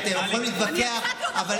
וכשר הבריאות אני אומר לך פעם אחר פעם: